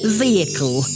vehicle